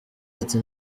ati